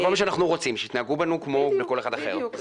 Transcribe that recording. --- אנחנו רוצים שיתנהגו בנו כמו בכל אחד אחר.